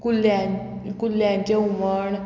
कुल्ल्यां कुल्ल्यांचें हुमण